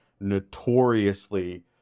notoriously